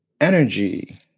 energy